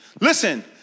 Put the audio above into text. Listen